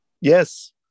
Yes